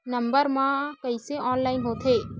Number मा कइसे online होथे?